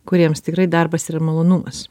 kuriems tikrai darbas yra malonumas